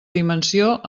dimensió